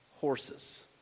horses